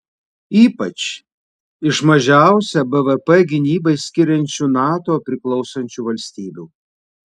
ypač iš mažiausią bvp gynybai skiriančių nato priklausančių valstybių